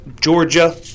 Georgia